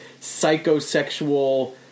psychosexual